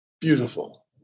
Beautiful